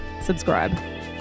subscribe